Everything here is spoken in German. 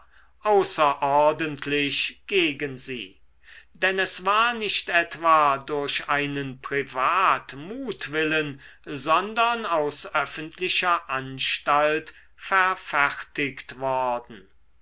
außerordentlich gegen sie denn es war nicht etwa durch einen privatmutwillen sondern aus öffentlicher anstalt verfertigt worden